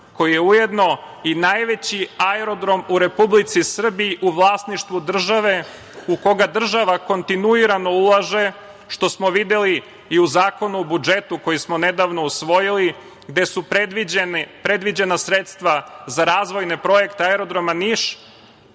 koji je ujedno i najveći aerodrom u Republici Srbiji u vlasništvu države u koga država kontinuirano ulaže, što smo videli i u Zakonu o budžetu koji smo nedavno usvojili, gde su predviđena sredstva za razvojne projekte Aerodroma „Niš“,